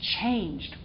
changed